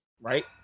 Right